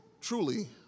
truly